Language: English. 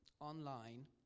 online